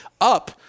up